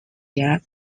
year